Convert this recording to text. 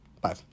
Bye